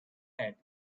head